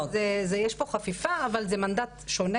יש פה חפיפה אבל זה מנדט שונה.